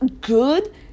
good